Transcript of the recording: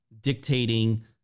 dictating